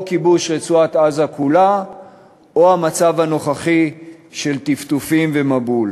כיבוש רצועת-עזה כולה או המצב הנוכחי של טפטופים ומבול.